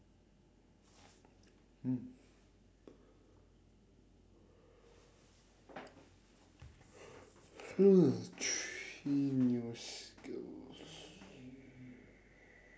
three new skills